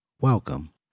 welcome